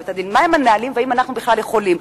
את הדין: מהם הנהלים והאם אנחנו בכלל יכולים?